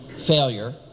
failure